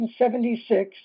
176